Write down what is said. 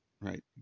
right